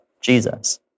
Jesus